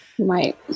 Right